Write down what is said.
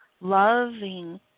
loving